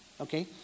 Okay